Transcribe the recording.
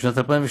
בשנת 2002,